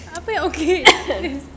apa yang okay